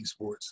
esports